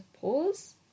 Pause